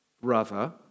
brother